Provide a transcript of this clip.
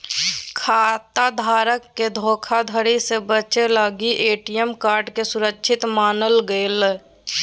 खाता धारक के धोखाधड़ी से बचे लगी ए.टी.एम कार्ड के सुरक्षित मानल गेलय